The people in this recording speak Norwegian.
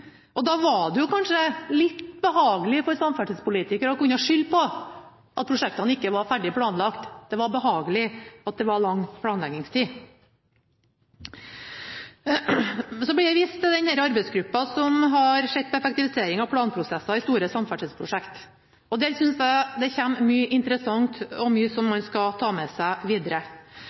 Da var det kanskje litt behagelig for samferdselspolitikere å kunne skylde på at prosjektene ikke var ferdig planlagt. Det var behagelig med lang planleggingstid. Det ble vist til den arbeidsgruppen som har sett på effektivisering av planprosesser i store samferdselsprosjekt, og der synes jeg det kommer mye interessant og mye som man skal ta med seg videre.